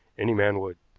any man would.